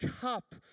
cup